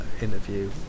interview